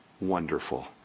wonderful